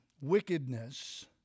wickedness